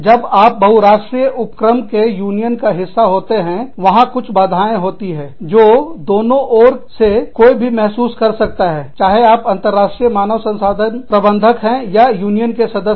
जब आप बहुराष्ट्रीय उपक्रम के यूनियन का हिस्सा होते हैं वहां कुछ बाधाएं होती है जो दोनों ओर से कोई भी महसूस कर सकता है चाहे आप अंतर्राष्ट्रीय मानव संसाधन प्रबंधक हैं या यूनियन के सदस्य